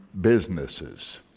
businesses